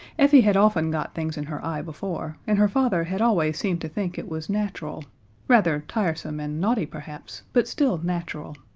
effie had often got things in her eye before, and her father had always seemed to think it was natural rather tiresome and naughty perhaps, but still natural.